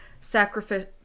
sacrifice